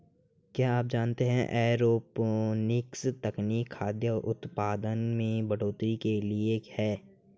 क्या आप जानते है एरोपोनिक्स तकनीक खाद्य उतपादन में बढ़ोतरी के लिए है?